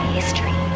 history